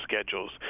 schedules